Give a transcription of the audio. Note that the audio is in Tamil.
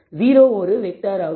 0 ஒரு வெக்டார் ஆகும்